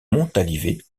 montalivet